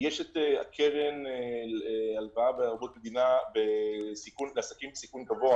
יש את הקרן להלוואה בערבות מדינה לעסקים בסיכון גבוה